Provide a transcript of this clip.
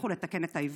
תצליחו לתקן את העיוות.